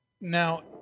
now